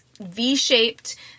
V-shaped